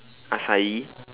acai